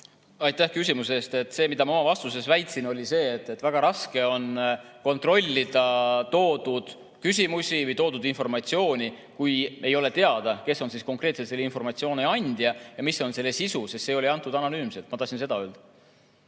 Aitäh küsimuse eest! See, mida ma oma vastuses väitsin, oli see, et väga raske on kontrollida toodud küsimusi või toodud informatsiooni, kui ei ole teada, kes on konkreetselt selle informatsiooni andja ja mis on selle sisu. See oli antud anonüümselt. Ma tahtsin seda öelda.